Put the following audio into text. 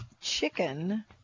chicken